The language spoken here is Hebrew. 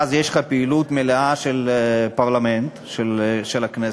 ואז יש לך פעילות מלאה של הפרלמנט, של הכנסת,